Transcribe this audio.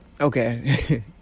okay